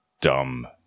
dumb